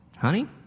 honey